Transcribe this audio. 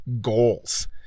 goals